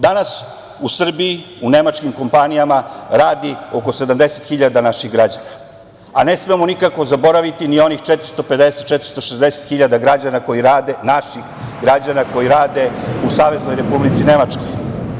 Danas u Srbiji u nemačkim kompanijama radi oko 70 hiljada naših građana, a ne smemo nikako zaboraviti ni onih 450-460 hiljada naših građana koji rade u Saveznoj Republici Nemačkoj.